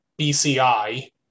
BCI